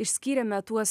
išskyrėme tuos